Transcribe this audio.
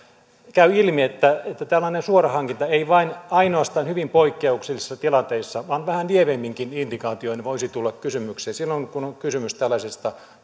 käy ilmi että tällainen suorahankinta ei vain ainoastaan hyvin poikkeuksellisissa tilanteissa vaan vähän lievemminkin indikaatioin voisi tulla kysymykseen silloin kun on kysymys tällaisesta